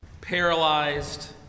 paralyzed